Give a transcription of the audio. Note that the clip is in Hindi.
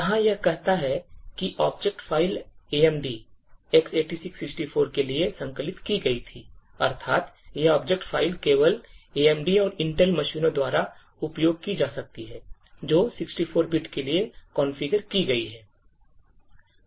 यहाँ यह कहता है कि object file AMD X86 64 के लिए संकलित की गई थी अर्थात यह object file केवल AMD और Intel मशीनों द्वारा उपयोग की जा सकती है जो 64 बिट के लिए configure की गई हैं